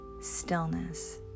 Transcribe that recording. stillness